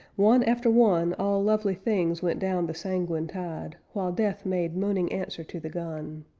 one after one all lovely things went down the sanguine tide, while death made moaning answer to the gun.